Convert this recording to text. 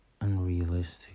unrealistic